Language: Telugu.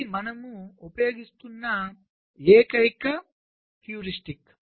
ఇది మనము ఉపయోగిస్తున్న ఏకైక హ్యూరిస్టిక్